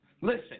Listen